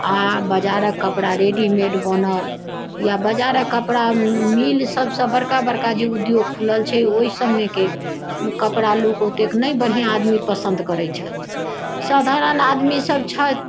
आ बजारक कपड़ा रेडीमेड बनल या बजारक कपड़ा मील सभसँ बड़का बड़का जे उद्योग खुलल छै ओहि सभमेके कपड़ा लोक नहि ओतेक बढ़िआँ आदमी पसन्द करैत छथि साधारण आदमी सभ छथि